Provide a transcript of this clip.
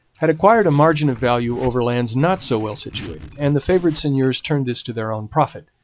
had acquired a margin of value over lands not so well situated, and the favoured seigneurs turned this to their own profit.